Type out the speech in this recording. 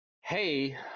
Hey